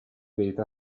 data